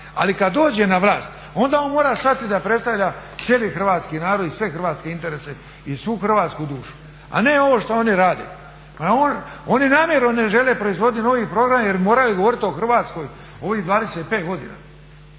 Ali kad dođe na vlast onda on mora shvatiti da predstavlja cijeli hrvatski narod i sve hrvatske interese i svu hrvatsku dušu, a ne ovo što oni rade. Oni namjerno ne žele proizvoditi novi program jer moraju govoriti o Hrvatskoj o ovih 25 godina.